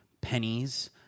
pennies